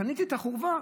קניתי את החורבה,